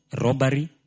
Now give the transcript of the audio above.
robbery